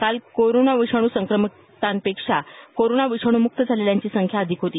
काल कोरोना विषाणू संक्रमितांपेक्षा कोरोना विषाणूमुक्त झालेल्यांची संख्या अधिक होती